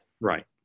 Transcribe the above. Right